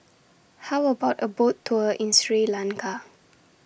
How about A Boat Tour in Sri Lanka